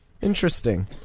Interesting